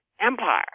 Empire